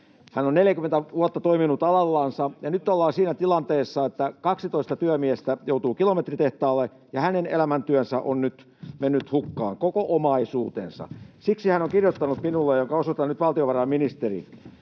Hän on 40 vuotta toiminut alallansa, ja nyt ollaan siinä tilanteessa, että 12 työmiestä joutuu kilometritehtaalle ja hänen elämäntyönsä on nyt mennyt hukkaan, koko omaisuutensa. Siksi hän on kirjoittanut minulle, jonka osoitan nyt valtiovarainministerille: